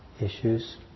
issues